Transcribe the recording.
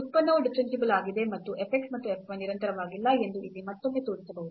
ಉತ್ಪನ್ನವು ಡಿಫರೆನ್ಸಿಬಲ್ ಆಗಿದೆ ಮತ್ತು f x ಮತ್ತು f y ನಿರಂತರವಾಗಿಲ್ಲ ಎಂದು ಇಲ್ಲಿ ಮತ್ತೊಮ್ಮೆ ತೋರಿಸಬಹುದು